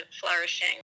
flourishing